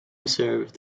served